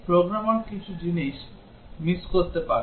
programmer কিছু জিনিস miss করতে পারেন